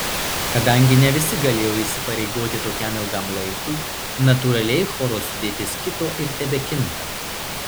kadangi ne visi galėjo įsipareigoti tokiam ilgam laikui natūraliai choro sudėtis kito ir tebekinta